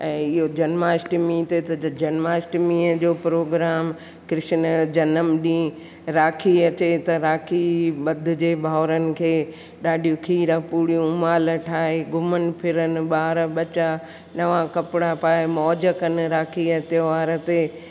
ऐं इहो जन्माष्टमी ते त ज जन्माष्टमीअ जो प्रोग्राम कृष्ण जो जनमु ॾींहुं राखी अचे त राखी ॿधिजे भाउरनि खे ॾाढियूं खीर पूरियूं माल ठाहे घुमनि फिरनि ॿार बच्चा नवां कपिड़ा पाए मौज कनि राखीअ जे त्योहार ते